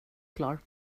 klar